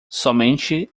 somente